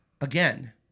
Again